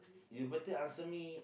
you better answer me